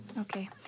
Okay